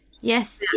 Yes